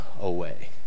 away